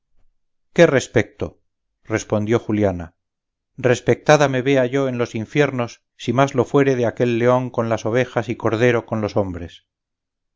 qué respecto respondió juliana respectada me vea yo en los infiernos si más lo fuere de aquel león con las ovejas y cordero con los hombres